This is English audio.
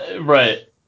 Right